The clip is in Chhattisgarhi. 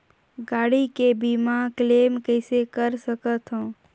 गाड़ी के बीमा क्लेम कइसे कर सकथव?